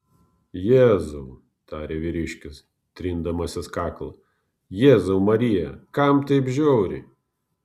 jėzau tarė vyriškis trindamasis kaklą jėzau marija kam taip žiauriai